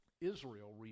Israel